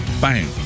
bang